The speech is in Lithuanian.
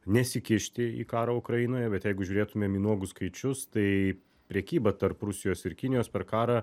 nesikišti į karą ukrainoje bet jeigu žiūrėtumėm į nuogus skaičius tai prekyba tarp rusijos ir kinijos per karą